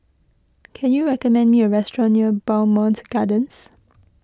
can you recommend me a restaurant near Bowmont Gardens